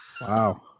Wow